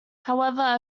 however